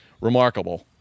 remarkable